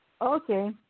Okay